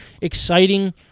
exciting